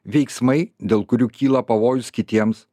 veiksmai dėl kurių kyla pavojus kitiems